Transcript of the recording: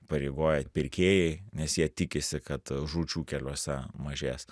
įpareigoja pirkėjai nes jie tikisi kad žūčių keliuose mažės